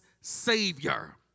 Savior